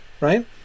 right